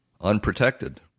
unprotected